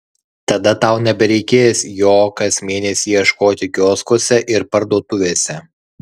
tada tau nebereikės jo kas mėnesį ieškoti kioskuose ir parduotuvėse